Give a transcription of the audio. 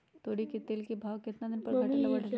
तोरी के तेल के भाव केतना दिन पर घटे ला बढ़े ला?